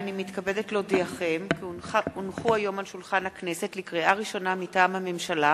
אני רוצה לסכם ולבקש מכל ידידי הטובים בבית הזה להצביע אי-אמון בממשלה